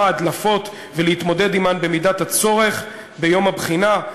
הדלפות ולהתמודד עמן במידת הצורך ביום הבחינה.